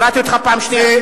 אני קורא אותך לסדר פעם ראשונה.